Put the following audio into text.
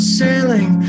sailing